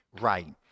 Right